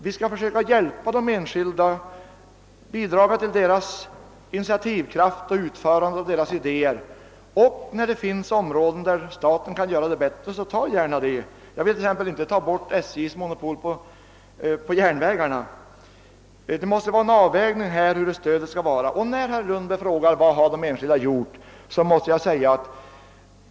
Vi skall försöka att hjälpa de enskilda och bidraga till deras initiativkraft och till utförandet av deras idéer. Om det finns områden där staten kan göra någonting bättre, kan vi acceptera detta. Jag vill t.ex. inte ta bort SJ:s monopol på järnvägarna. Här måste det bli en avvägning om hur stödet skall utformas. Herr Lundberg frågar om vad de enskilda har gjort.